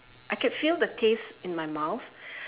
I can feel the taste in my mouth